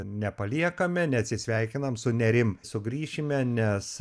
nepaliekame neatsisveikinam su nerim sugrįšime nes